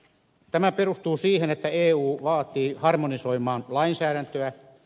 tämä perustuu siihen että eu vaatii harmonisoimaan lainsäädäntöä